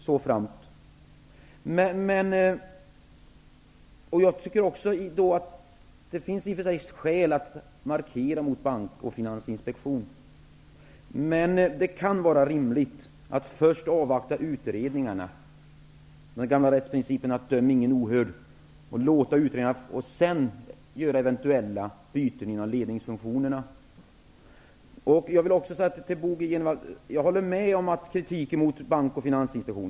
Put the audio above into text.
Jag tycker i och för sig att det finns skäl markera mot bank och finansinspektion, men det kan vara rimligt att först avvakta utredningarna. Den gamla rättsprincipen säger: Döm ingen ohörd! Vi bör låta utredningarna avslutas och sedan göra eventuella byten inom ledningsfunktionerna. Jag vill också säga till Bo G Jenevall att jag håller med om kritiken mot bank och finansinspektion.